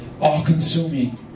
all-consuming